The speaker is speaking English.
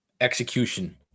execution